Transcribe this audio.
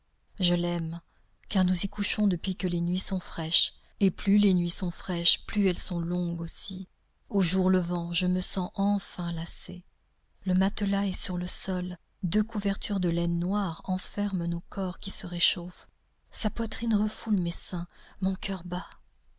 je l'aime car nous y couchons depuis que les nuits sont fraîches et plus les nuits sont fraîches plus elles sont longues aussi au jour levant je me sens enfin lassée le matelas est sur le sol deux couvertures de laine noire enferment nos corps qui se réchauffent sa poitrine refoule mes seins mon coeur bat